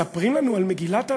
מספרים לנו על מגילת העצמאות.